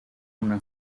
una